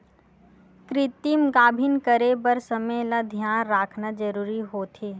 कृतिम गाभिन करे बर समे ल धियान राखना जरूरी होथे